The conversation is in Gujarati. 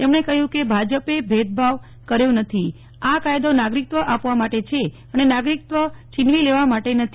તેમણે કહ્યુકે ભાજપ ભેદભાવ કર્યો નથી આ કાયદો નાગરીક્ત્વ આપવા માટે છે અને નાગરિકત્વ છીનવી લેવા માટે નથી